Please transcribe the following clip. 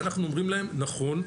ואנחנו אומרים להם נכון,